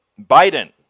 Biden